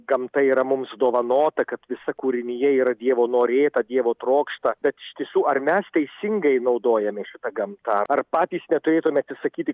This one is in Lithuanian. gamta yra mums dovanota kad visa kūrinija yra dievo norėta dievo trokšta bet iš tiesų ar mes teisingai naudojamės šita gamta ar patys neturėtume atsisakyti